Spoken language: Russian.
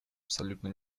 абсолютно